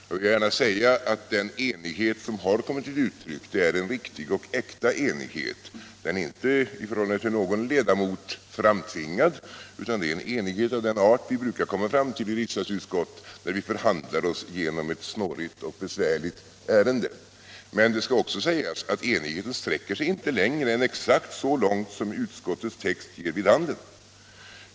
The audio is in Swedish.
Jag vill gärna säga att den enighet som har kommit till uttryck är en riktig och äkta enighet. Den är inte framtvingad i förhållande till någon ledamot, utan det är en enighet av den art vi brukar komma fram till i riksdagsutskott när vi förhandlar oss igenom ett snårigt och besvärligt ärende. Men det skall också sägas att enigheten sträcker sig exakt så långt som texten i betänkandet ger vid handen och inte längre.